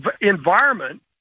environment